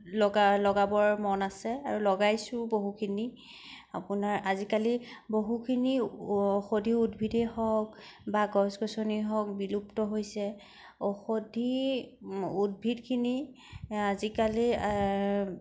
লগা লগাবৰ মন আছে আৰু লগাইছোও বহুখিনি আপোনাৰ আজিকালি বহুখিনি ঔষধি উদ্ভিদ হওক বা গছ গছনিয়ে হওক বিলুপ্ত হৈছে ঔষধি উদ্ভিদখিনি আজিকালি